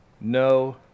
no